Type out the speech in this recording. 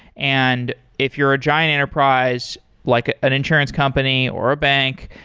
and if you're a giant enterprise, like an insurance company, or a bank,